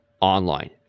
online